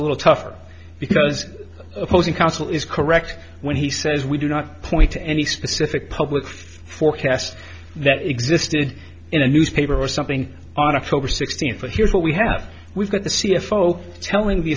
a little tougher because opposing counsel is correct when he says we do not point to any specific public forecasts that existed in a newspaper or something on october sixteenth for here's what we have we've got the c f o telling the